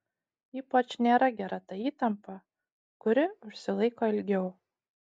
ypač nėra gera ta įtampa kuri užsilaiko ilgiau